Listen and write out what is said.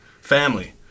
family